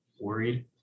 worried